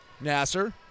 Nasser